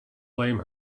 blame